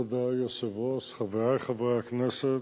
כבוד היושב-ראש, חברי חברי הכנסת,